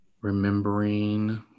remembering